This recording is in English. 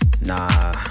Nah